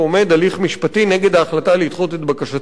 הליך משפטי נגד ההחלטה לדחות את בקשתו,